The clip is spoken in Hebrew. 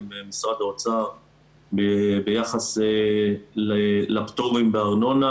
עם משרד האוצר ביחס לפטורים בארנונה.